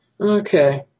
Okay